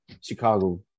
Chicago